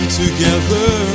together